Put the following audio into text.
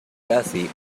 casi